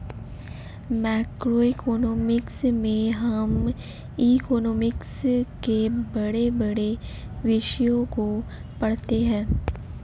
macroeconomics में हम economics के बड़े बड़े विषयों को पढ़ते हैं